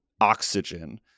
oxygen